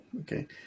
okay